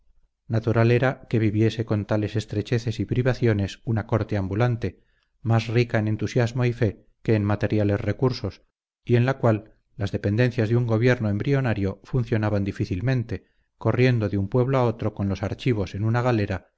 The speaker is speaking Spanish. era que viviese con tales estrecheces y privaciones una corte ambulante más rica en entusiasmo y fe que en materiales recursos y en la cual las dependencias de un gobierno embrionario funcionaban difícilmente corriendo de un pueblo a otro con los archivos en una galera